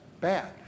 bad